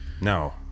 No